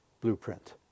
blueprint